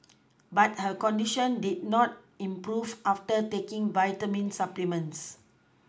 but her condition did not improve after taking vitamin supplements